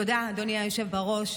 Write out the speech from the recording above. תודה, אדוני היושב בראש.